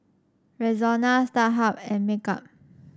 Rexona Starhub and make up